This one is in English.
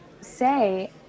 say